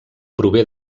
prové